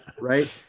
right